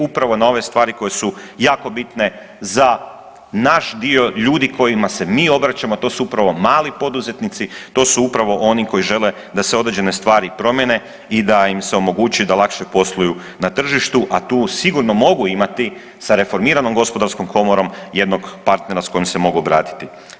Upravo na ove stvari koje su jako bitne za naš dio ljudi kojima se mi obraćamo, to su upravo mali poduzetnici, to su upravo oni koji žele da se određene stvari promijene i da im se omogući da lakše posluju na tržištu, a tu sigurno mogu imati sa reformiranom gospodarskom komorom jednog partnera s kojim se mogu obratiti.